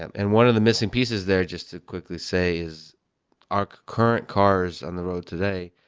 and one of the missing pieces there just to quickly say is our current cars on the road today,